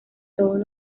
todos